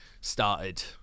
started